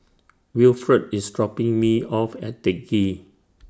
Wilfred IS dropping Me off At Teck Ghee